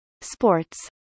sports